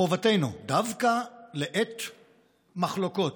חובתנו דווקא לעת מחלוקות,